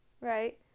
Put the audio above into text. Right